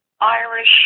Irish